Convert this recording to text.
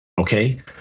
Okay